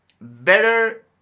better